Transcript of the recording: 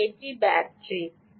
সুতরাং এটি ব্যাটারি